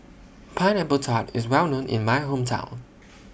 Pineapple Tart IS Well known in My Hometown